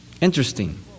Interesting